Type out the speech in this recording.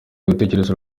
gutekereza